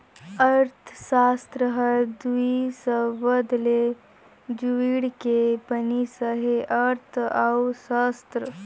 अर्थसास्त्र हर दुई सबद ले जुइड़ के बनिस अहे अर्थ अउ सास्त्र